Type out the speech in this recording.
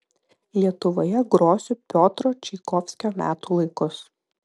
lietuvoje grosiu piotro čaikovskio metų laikus